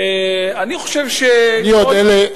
ואני חושב מאה אחוז.